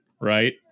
right